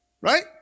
Right